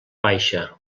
baixa